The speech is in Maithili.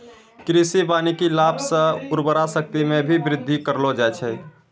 कृषि वानिकी लाभ से उर्वरा शक्ति मे भी बृद्धि करलो जाय छै